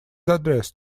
addressed